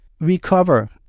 recover